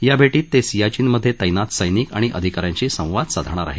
या भेटीमधे ते सियाचिनमधे तैनात सैनिक आणि अधिका यांशी संवाद साधणार आहेत